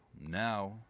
now